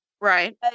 Right